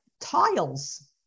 tiles